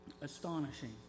astonishing